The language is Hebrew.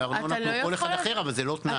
זה ארנונה כמו כל אחד אחר, אבל זה לא תנאי.